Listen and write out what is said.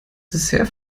dessert